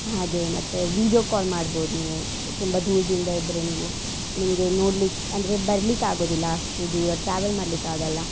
ಹಾಗೇ ಮತ್ತು video call ಮಾಡ್ಬೋದು ನೀವು ತುಂಬ ದೂರದಿಂದ ಇದ್ರೆ ನೀವು ನಿಮಗೆ ನೋಡ್ಲಿಕ್ಕೆ ಅಂದರೆ ಬರ್ಲಿಕ್ಕಾಗೋದಿಲ್ಲ ಅಷ್ಟು ದೂರ ಟ್ರಾವೆಲ್ ಮಾಡ್ಲಿಕ್ಕಾಗೋಲ್ಲ